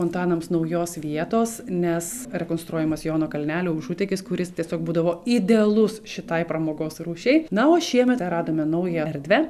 fontanams naujos vietos nes rekonstruojamas jono kalnelio užutėkis kuris tiesiog būdavo idealus šitai pramogos rūšiai na o šiemet radome naują erdvę